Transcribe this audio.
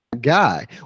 guy